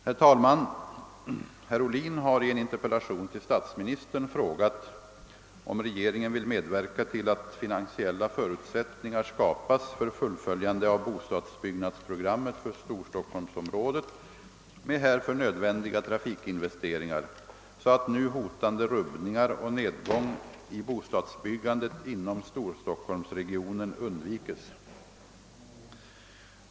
Herr talman! Herr "Ohlin Har i en interpellation till statsministern frågat, om regeringen vill medverka till att finansiella förutsättningar skapas för fullföljande av bostadsbyggnadsprogrammet för Storstockholmsområdet med härför nödvändiga trafikinvesteringar, så att nu hotande rubbningar och nedgång i bostadsbyggandet inom Storstockholmsregionen undvikes.